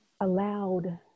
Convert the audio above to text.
allowed